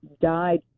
died